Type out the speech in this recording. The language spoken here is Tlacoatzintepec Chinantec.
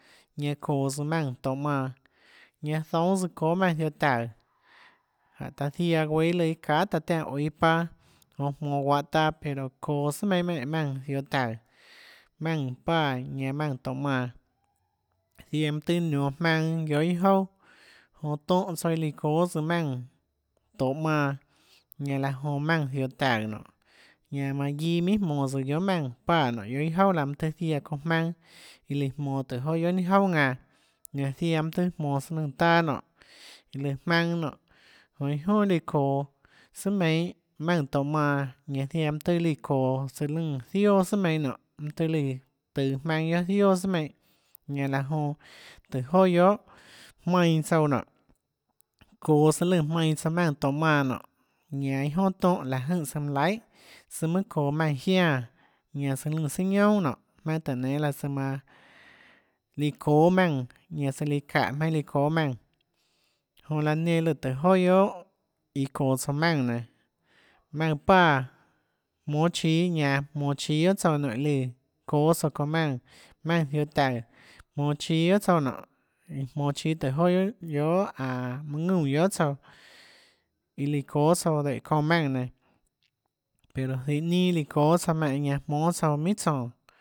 Ñanã çoås maùnã tohå manã ñanã zoúnâs çóâ maùnã ziohå taùå jánhå taã ziaã guéâ iâ lùã iâ çahà taã tiánã oå iâ paâ jonã jmonå guahã taâ pero sùà çoå tsùà meinhâ menè maùnã ziohå taùå maùnã páã ñanã maùnã ziohå taùå ziaã mønâ tøhê nionå jmaønâ iâ jouà jonã tónhã tsouã lùã çóâ tsouã maùnã tohå manã ñanã laã jonã maùnã ziohå taùå nonê ñanã manã guiâ jmonå tsouã guiohà maùnã páã guiohà iâ jouà laã mønâ tøhê ziaã çounã jmaønâ iã lùã jmonå tùhå joà guiohà ninâ jouâ ðanã ñanã ziaã mønâ tøhê jmonå søã lùã taâ nonê iã lùã jmaønâ nonê jonã iâ jonà lùã çoå sùà meinhâ maùnã tohå manã zianã mønâ tøhê lùã çoå lùã zioà sùà meinhâ nonê mønâ tøhê lùã tøå lùã tøå jmaønâ guiohà zioà sùà meinhâ ñanã laã jonã tùhå joà guiohà jmainã tsouã nonê çoå tsøã lùnã jmainã tsouã maùnã tohå manã nonê ñanã iâ jonà tonhâ láhã jønè søã lùnã manã laihà søã mønâ çoå maùnã jiáã ñanã søã lùã sùà ñounà nonê jmaønâ tùhå nénâ laã søã manã líã çóâ maùnã ñanã søã líã çaùhå jmaønâ líã çóâ maùnã jonã laã enã lùã tùhå joà guiohà iã çoå tsouã maùnã nenã maùnã páã jmónâ chíâ ñanã jmonå chíâ guiohà tsouã nonê lùã çoå tsouã çounã maùnã maùnã ziohå taùå jmonå chíâ guiohà tsouã nonê jmonå chíâ tùhå joà guiohà anå mønâ ðúnã guiohà tsouã iã lùã çóâ tsouã lùhå çounã maùnã nenã pero zihå ninâ líã çóâ tsouã maùnã ñanãjmónâ tsouã minhà tsónå